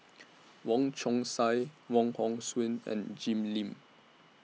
Wong Chong Sai Wong Hong Suen and Jim Lim